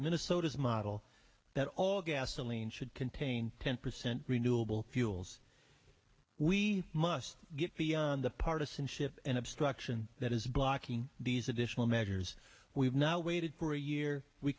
minnesota's model that all gasoline should contain ten percent renewable fuels we must get beyond the partisanship and obstruction that is blocking these additional measures we've not waited for a year we